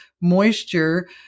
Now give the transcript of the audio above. moisture